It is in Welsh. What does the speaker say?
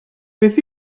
beth